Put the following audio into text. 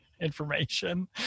information